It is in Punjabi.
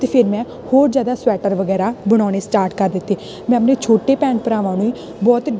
ਅਤੇ ਫਿਰ ਮੈਂ ਹੋਰ ਜ਼ਿਆਦਾ ਸਵੈਟਰ ਗੈਰਾ ਬਣਾਉਣੇ ਸਟਾਰਟ ਕਰ ਦਿੱਤੇ ਮੈਂ ਆਪਣੇ ਛੋਟੇ ਭੈਣ ਭਰਾਵਾਂ ਨੂੰ ਹੀ ਬਹੁਤ